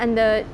அந்த:antha